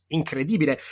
incredibile